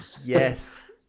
yes